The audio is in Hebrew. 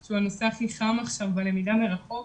שהוא הנושא הכי חם עכשיו בלמידה מרחוק,